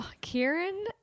kieran